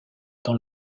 dans